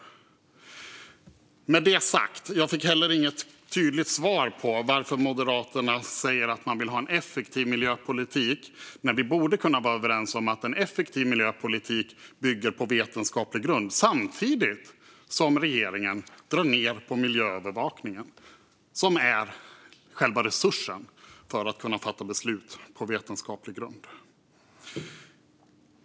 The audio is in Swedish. Med detta sagt fick jag inget tydligt svar om varför Moderaterna säger att de vill ha en effektiv miljöpolitik, som vi borde kunna vara överens om ska vila på en vetenskaplig grund, samtidigt som regeringen drar ned på den miljöövervakning som är själva resursen för att kunna fatta beslut på vetenskaplig grund.